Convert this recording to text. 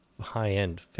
high-end